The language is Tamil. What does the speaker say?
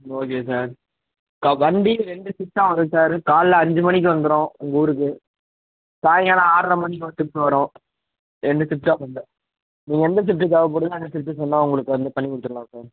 ஓகே சார் க வண்டி ரெண்டு ஷிஃப்ட்டாக வரும் சாரு காலைல அஞ்சு மணிக்கு வந்துடும் உங்கள் ஊருக்கு சாய்ங்காலம் ஆறற மணிக்கு ஒரு ட்ரிப்பு வரும் ரெண்டு ட்ரிப் தான் அங்கே நீங்கள் எந்த ஷிஃப்ட்டு தேவைப்படுதோ அந்த ஷிஃப்ட்டு சொன்னால் உங்களுக்கு வந்து பண்ணிக் கொடுத்துரலாம் சார்